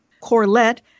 Corlett